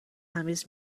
تمیز